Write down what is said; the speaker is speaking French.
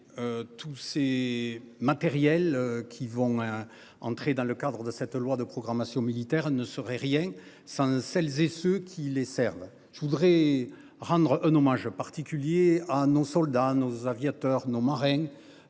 Tous ces matériels qui vont entrer dans le cadre de cette loi de programmation militaire ne serait rien sans celles et ceux qui les Serbes je voudrais rendre un hommage particulier à nos soldats, nos aviateurs nos marins.